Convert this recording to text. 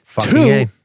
Two